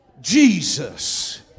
Jesus